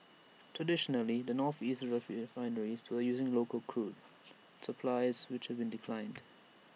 traditionally the northeastern refineries to using local crude supplies which been declined